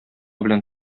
белән